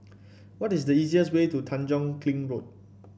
what is the easiest way to Tanjong Kling Road